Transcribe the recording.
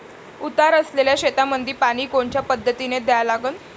उतार असलेल्या शेतामंदी पानी कोनच्या पद्धतीने द्या लागन?